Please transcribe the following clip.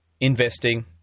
investing